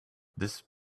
this